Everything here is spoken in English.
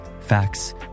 Facts